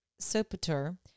Sopater